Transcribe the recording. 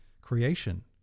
creation